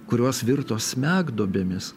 kurios virto smegduobėmis